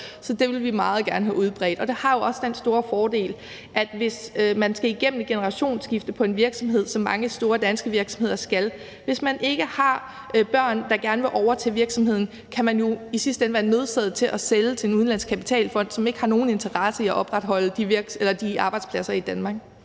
Så det vil vi meget gerne have udbredt, og det har jo også en stor fordel i forbindelse med generationsskifter, for hvis man skal igennem et generationsskifte i en virksomhed, sådan som mange store danske virksomheder skal, og der ikke er børn, der gerne vil overtage virksomheden, kan man jo i sidste ende være nødsaget til at sælge til en udenlandsk kapitalfond, som ikke har nogen interesse i at opretholde de arbejdspladser i Danmark.